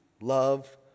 love